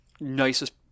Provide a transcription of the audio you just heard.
nicest